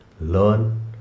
Learn